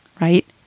right